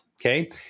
okay